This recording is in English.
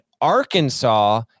Arkansas